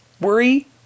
worry